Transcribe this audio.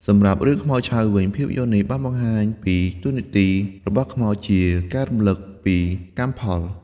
សម្រាប់រឿងខ្មោចឆៅវិញ ភាពយន្តនេះបានបង្ហាញពីតួនាទីរបស់ខ្មោចជា ការរំលឹកពីកម្មផល។